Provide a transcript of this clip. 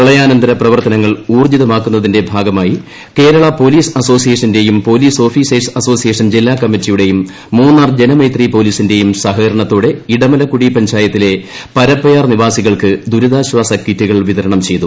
പ്രളയാനന്തര പ്രവർത്തനങ്ങൾ ഭാഗമായി കേരള പോലീസ് ്അസോസിയേഷന്റെയും പോലീസ് ഓഫീസേഴ്സ് അസ്യോസിയ്ഷൻ ജില്ലാ കമ്മറ്റിയുടെയും മൂന്നാർ ജനമൈത്രി പ്പോലീന്റെയും സഹകരണത്തോടെ ഇടമലക്കുടി പഞ്ചായത്തിലെ പരപ്പയാർ നിവാസകൾക്ക് ദുരിതാശ്വാസ കിറ്റുകൾ വിതരണം ചെയ്തു